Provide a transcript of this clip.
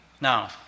Now